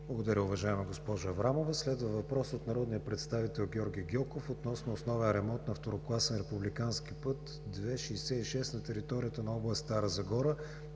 Благодаря Ви, уважаема госпожо Аврамова. Следва въпрос от народния представител Георги Гьоков относно основен ремонт на второкласен републикански път II-66 на територията на област Стара Загора